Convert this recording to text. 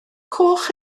coch